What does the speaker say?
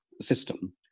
system